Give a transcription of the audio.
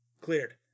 Cleared